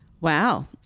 Wow